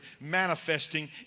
manifesting